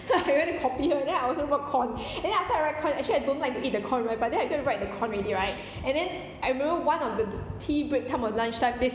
so I went and copy her and then I also wrote corn and then after I write corn actually I don't like to eat the corn but then I go and write the corn already right and then I remember one of the tea break time or lunchtime they